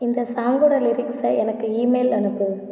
இந்த சாங்கோட லிரிக்ஸை எனக்கு ஈமெயில் அனுப்பு